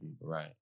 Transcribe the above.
Right